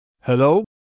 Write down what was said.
Hello